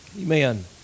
Amen